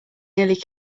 nearly